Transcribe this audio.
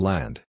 Land